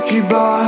Cuba